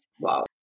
Wow